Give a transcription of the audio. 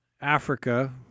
Africa